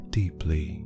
deeply